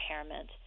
impairment